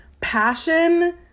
Passion